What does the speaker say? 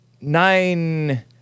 nine